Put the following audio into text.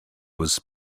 was